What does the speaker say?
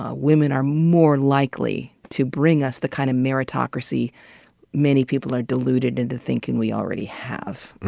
ah women are more likely to bring us the kind of meritocracy many people are deluded into thinking we already have.